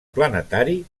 planetari